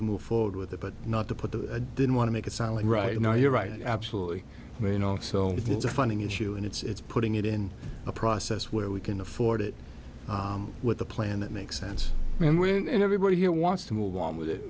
to move forward with it but not to put the didn't want to make it sound like right now you're right absolutely you know so it's a funding issue and it's putting it in a process where we can afford it with a plan that makes sense and when everybody here wants to move on with it